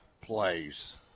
plays